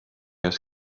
oes